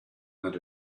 that